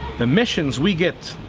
the missions we get,